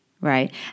right